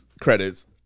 credits